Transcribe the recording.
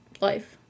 life